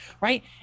right